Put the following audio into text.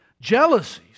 jealousies